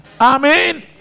Amen